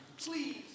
please